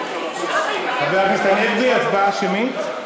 חבר הכנסת הנגבי, הצבעה שמית?